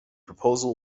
proposal